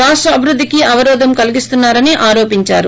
రాష్ట అభివృద్దికి అవరోధం కలిగిస్తున్నారని ఆరోపించారు